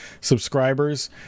subscribers